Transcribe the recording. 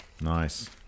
Nice